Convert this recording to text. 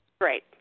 Great